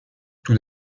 tout